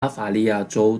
巴伐利亚州